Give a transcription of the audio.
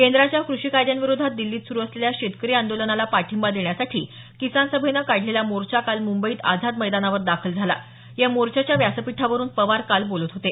केंद्राच्या कृषी कायद्यांविरोधात दिल्लीत सुरु असलेल्या शेतकरी आंदोलनाला पाठिंबा देण्यासाठी किसान सभेनं काढलेला मोर्चा काल मुंबईत आझाद मैदानावर दाखल झाला या मोर्चाच्या व्यासपीठावरून पवार काल बोलत होते